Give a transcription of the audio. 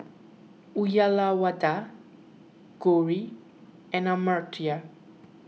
Uyyalawada Gauri and Amartya